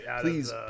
please